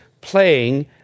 playing